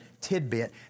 tidbit